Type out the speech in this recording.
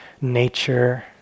nature